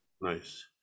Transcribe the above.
Nice